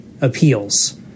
appeals